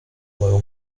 low